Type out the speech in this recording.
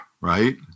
right